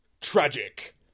Tragic